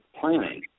planning